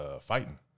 fighting